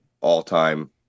all-time